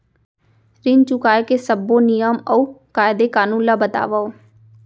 ऋण चुकाए के सब्बो नियम अऊ कायदे कानून ला बतावव